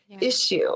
issue